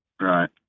right